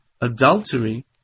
adultery